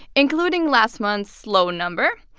including last month's low number.